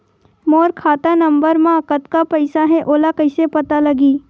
मोर खाता नंबर मा कतका पईसा हे ओला कइसे पता लगी?